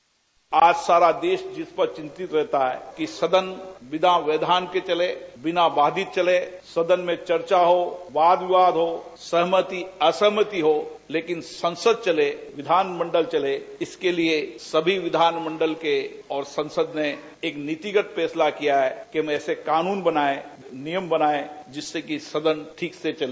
bite आज सारा देश जिस पर चिंतित रहता है कि सदन बिना व्यवधान के चले बिना बाधित चले सदन में चर्चा हो वाद विवाद हो सहमति असहमति हो लेकिन संसद चले विधानमंडल चले इसके लिये सभी विधानमंडल को और संसद ने एक नीतिगत फैसला किया है कि हम ऐसे कानून बनाये नियम बनाये जिससे कि सदन ठीक से चले